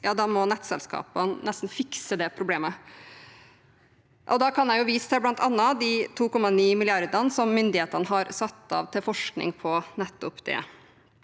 nesten nettselskapene fikse det problemet. Da kan jeg vise til bl.a. de 2,9 mrd. kr som myndighetene har satt av til forskning på nettopp det.